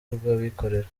rw’abikorera